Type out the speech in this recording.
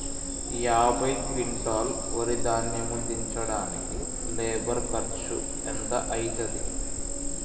యాభై క్వింటాల్ వరి ధాన్యము దించడానికి లేబర్ ఖర్చు ఎంత అయితది?